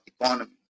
economy